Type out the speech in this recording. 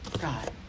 God